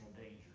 danger